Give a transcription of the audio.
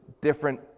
different